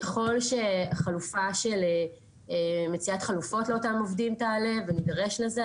ככל שמציאת חלופות לאותם עובדים תעלה ונדרש לזה,